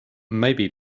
maybe